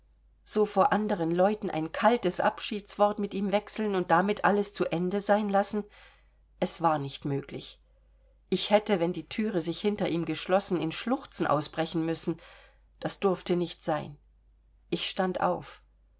so vor anderen leuten ein kaltes abschiedswort mit ihm wechseln und damit alles zu ende sein lassen es war nicht möglich ich hätte wenn die thüre sich hinter ihm geschlossen in schluchzen ausbrechen müssen das durfte nicht sein ich stand auf